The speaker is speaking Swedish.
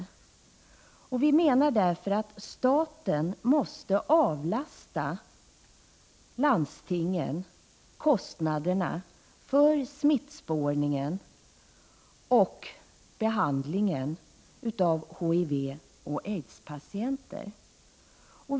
Vi menar därför att staten måste avlasta landstingen kostnaderna för smittspårningen och behandlingen av HIV och aidspatienter.